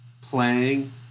playing